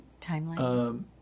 timeline